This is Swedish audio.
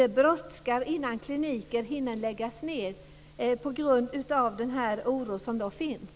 Det brådskar innan kliniker hinner läggas ned på grund av den oro som finns.